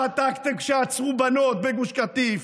שתקתם כשעצרו בנות בגוש קטיף,